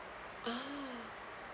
ah